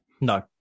No